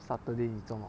saturday 你做么